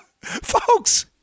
Folks